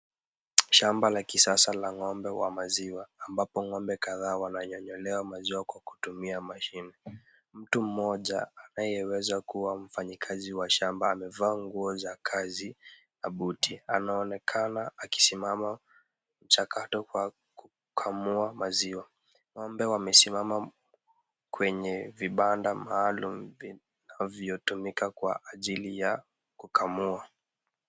Shamba la kisasa la ng'ombe wa maziwa ambapo ng'ombe kadhaa wananyanyuliwa maziwa kwa kutumia mashine. Mtu mmoja anayeweza kuwa mfanyikazi wa shamba amevaa nguo za kazi na buti. Anaonekana akisimama chakato kwa kukamua maziwa. Ng'ombe wamesimama kwenye vibanda maalum vinavyotumika kwa ajili ya kukamua.